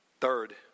Third